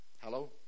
Hello